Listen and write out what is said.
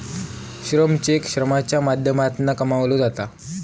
श्रम चेक श्रमाच्या माध्यमातना कमवलो जाता